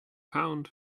pound